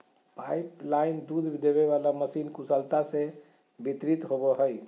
pipeline दूध देबे वाला मशीन कुशलता से वितरित होबो हइ